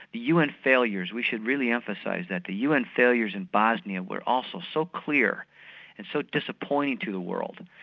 the un failures, we should really emphasise that, the un failures in bosnia were also so clear and so disappointing to the world,